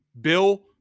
Bill